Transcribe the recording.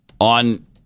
on